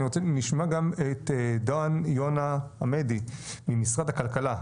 אני רוצה שנשמע גם את דן יונה עמדי ממשרד הכלכלה,